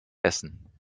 essen